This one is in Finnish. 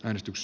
äänestys